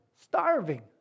starving